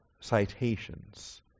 citations